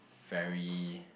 very